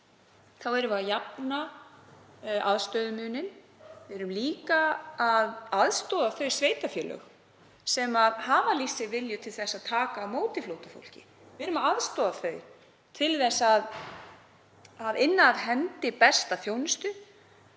erum við að jafna aðstöðumuninn. Við erum líka að aðstoða þau sveitarfélög sem hafa lýst sig viljug til þess að taka á móti flóttafólki. Við erum að aðstoða þau til að veita sem besta þjónustu,